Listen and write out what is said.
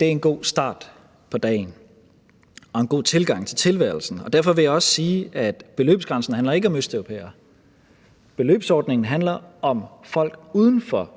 Det er en god start på dagen og en god tilgang til tilværelsen. Derfor vil jeg også sige, at beløbsgrænsen ikke handler om østeuropæere; beløbsordningen handler om folk uden for